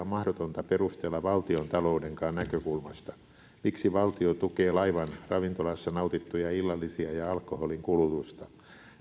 mahdotonta perustella valtiontaloudenkaan näkökulmasta miksi valtio tukee laivan ravintolassa nautittuja illallisia ja alkoholin kulutusta